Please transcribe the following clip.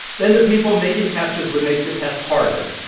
then the people making captchas would make the tests harder.